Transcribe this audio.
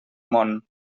món